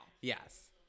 Yes